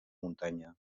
muntanya